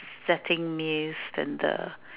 setting mist then the